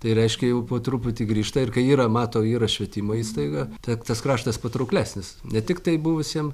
tai reiškia jau po truputį grįžta ir kai yra mato yra švietimo įstaiga tad tas kraštas patrauklesnis ne tiktai buvusiem